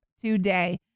today